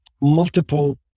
multiple